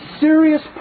serious